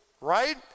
right